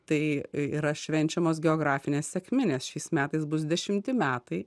tai yra švenčiamos geografinės sekminės šiais metais bus dešimti metai